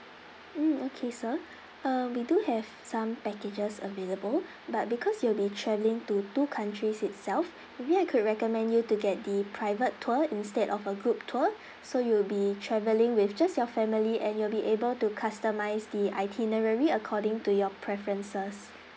mm okay sir uh we do have some packages available but because you will be travelling to two countries itself maybe I could recommend you to get the private tour instead of a group tour so you'll be travelling with just your family and you'll be able to customise the itinerary according to your preferences